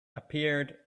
appeared